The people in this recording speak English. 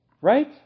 Right